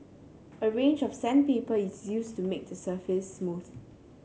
a range of sandpaper is used to make the surface smooth